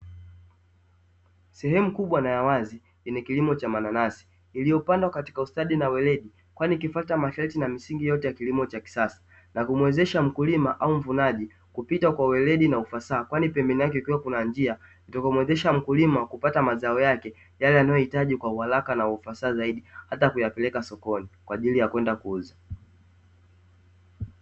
Sehemu kubwa na ya wazi yenye kilimo cha mananasi, iliyopandwa katika ustadi na weledi kwani ikifata masharti na misingi yote ya kilimo cha kisasa, na kumwezesha mkulima au mvunaji kupita kwa uweledi na ufasaha, kwani pembeni yake kukiwa kuna njia itakayomwezesha mkulima kupata mazao yake, yale anayohitaji kwa uharaka na ufasaha zaidi hata kuyapeleka sokoni, kwa ajili ya kwenda kuuza.